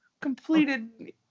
completed